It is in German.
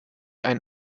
ein